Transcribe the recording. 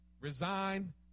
resign